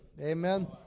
Amen